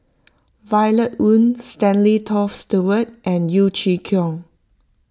Violet Oon Stanley Toft Stewart and Yeo Chee Kiong